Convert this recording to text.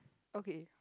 okay